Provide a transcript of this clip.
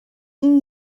این